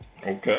Okay